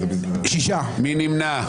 מי נמנע?